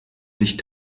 nicht